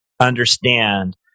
understand